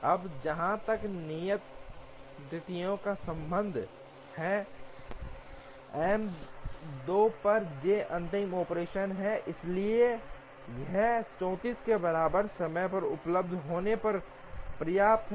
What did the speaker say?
अब जहां तक नियत तिथियों का संबंध है M 2 पर J 1 अंतिम ऑपरेशन है इसलिए यह 34 के बराबर समय पर उपलब्ध होने पर पर्याप्त है